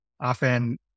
often